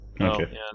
Okay